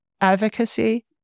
advocacy